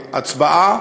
ההצבעה.